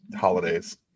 Holidays